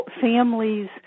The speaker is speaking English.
families